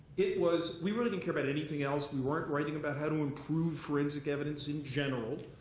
it was, we really didn't care about anything else. we weren't writing about how to improve forensic evidence in general.